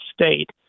state